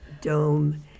dome